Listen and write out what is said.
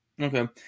Okay